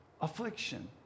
affliction